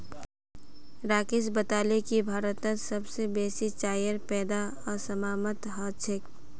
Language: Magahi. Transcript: राकेश बताले की भारतत सबस बेसी चाईर पैदा असामत ह छेक